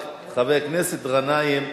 רק חבר הכנסת גנאים,